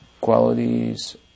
qualities